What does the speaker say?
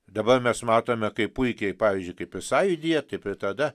dabar mes matome kaip puikiai pavyzdžiui kaip ir sąjūdyje taip ir tada